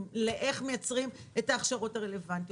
לאיך מייצרים את ההכשרות הרלוונטיות.